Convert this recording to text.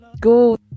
Go